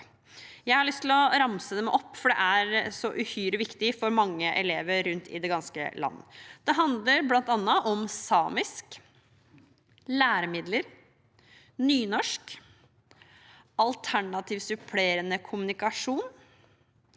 til å ramse dem opp, for det er så uhyre viktig for mange elever rundt i det ganske land. Det handler bl.a. om samisk, læremidler, nynorsk, alternativ supplerende kommunikasjon,